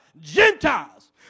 Gentiles